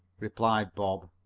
replied bob.